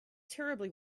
terribly